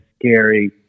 scary